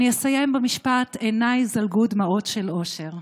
אני אסיים במשפט "עיניי זלגו דמעות של אושר",